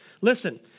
Listen